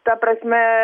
ta prasme